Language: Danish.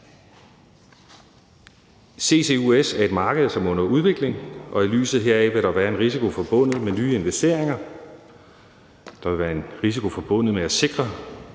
CCUS er et marked, som er under udvikling, og i lyset heraf vil der være en risiko forbundet med nye investeringer; der vil være en risiko forbundet med at sikre